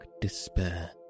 despair